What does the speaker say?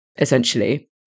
essentially